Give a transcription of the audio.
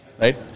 Right